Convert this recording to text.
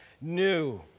new